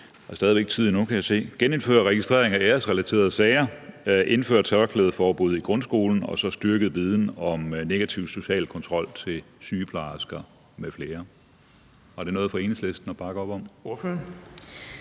genindførelse af registrering af æresrelaterede sager, indførelse af et tørklædeforbud i grundskolen og styrkelse af viden om negativ social kontrol til sygeplejersker m.fl.